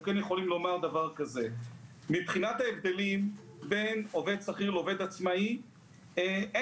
אנחנו יכולים לומר שמבחינת ההבדלים בין עובד שכיר לעובד עצמאי אין